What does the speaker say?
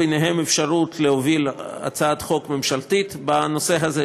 ובהן האפשרות להוביל הצעת חוק ממשלתית בנושא הזה,